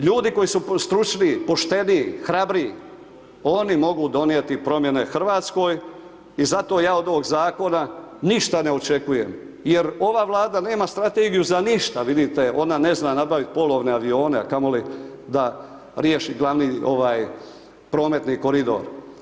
Ljudi koji su stručniji, pošteniji, hrabriji, oni mogu donijeti promjene RH i zato ja od ovoga Zakona ništa ne očekujem jer ova Vlada nema strategiju za ništa, vidite, ona ne zna nabavit polovne avione, a kamo li da riješi glavni prometni koridor.